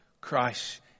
Christ